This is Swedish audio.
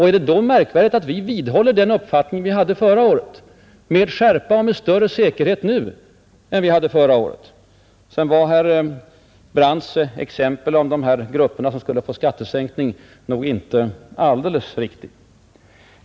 Är det då märkvärdigt att vi vidhåller den uppfattning vi hade förra året — med skärpa och med större säkerhet nu än då? Dessutom var herr Brandts exempel på de grupper som skulle få skattesänkning inte alldeles riktigt.